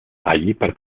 participó